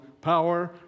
power